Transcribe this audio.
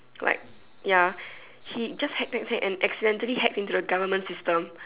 like ya he just hack hack hack and then accidentally hacked into the government system